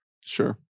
sure